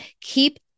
Keep